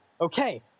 okay